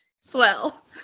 swell